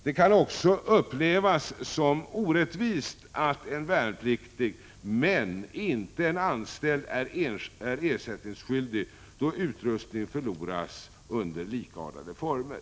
Det kan också upplevas som orättvist att en värnpliktig, men inte en anställd, är ersättningsskyldig då utrustning går förlorad under likartade former.